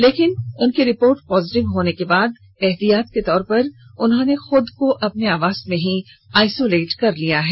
लेकिन उनकी report positive होने के बाद एहतियात के तौर पर उन्होंने खुद को अपने आवास में ही आइसोलेट कर लिया है